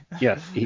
Yes